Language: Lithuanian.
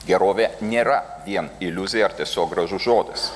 gerovė nėra vien iliuzija ar tiesiog gražus žodis